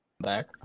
back